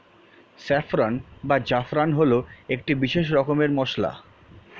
saffron বা জাফরান হল একটি বিশেষ রকমের মশলা